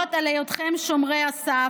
לבנות על היותכם שומרי הסף,